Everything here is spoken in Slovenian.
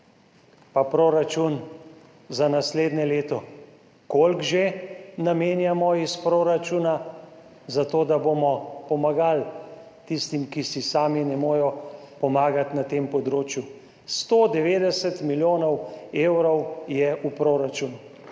pa proračun za naslednje leto? Koliko že namenjamo iz proračuna za to, da bomo pomagali tistim, ki si sami ne morejo pomagati na tem področju? 190 milijonov evrov je v proračunu.